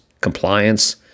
compliance